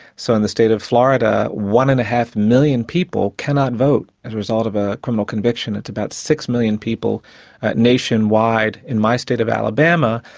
so in the state of florida, one. and five million people cannot vote as a result of a criminal conviction it's about six million people nationwide. in my state of alabama,